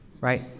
right